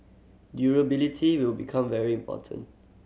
durability will become very important